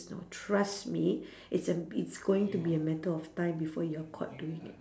so trust me it's a it's going to be a matter of time before you're caught doing it